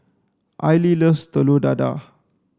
aili loves telur dadah